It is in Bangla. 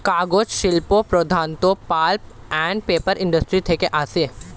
কাগজ শিল্প প্রধানত পাল্প অ্যান্ড পেপার ইন্ডাস্ট্রি থেকে আসে